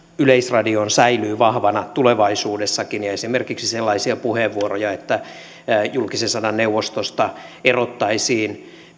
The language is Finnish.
yleisradioon säilyy vahvana tulevaisuudessakin ja esimerkiksi sellaisia puheenvuoroja että julkisen sanan neuvostosta erottaisiin